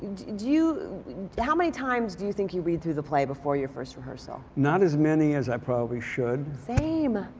do you how many times do you think you read through the play before your first rehearsal? not as many as i probably should. same.